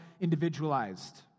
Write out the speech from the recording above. individualized